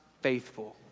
faithful